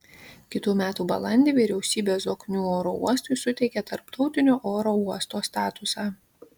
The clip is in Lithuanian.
kitų metų balandį vyriausybė zoknių oro uostui suteikė tarptautinio oro uosto statusą